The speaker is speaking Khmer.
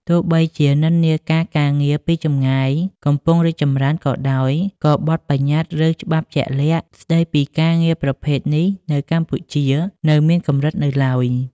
ទោះបីជានិន្នាការការងារពីចម្ងាយកំពុងរីកចម្រើនក៏ដោយ ក៏ បទប្បញ្ញត្តិ ឬច្បាប់ជាក់លាក់ ស្តីពីការងារប្រភេទនេះនៅកម្ពុជានៅមានកម្រិតនៅឡើយ។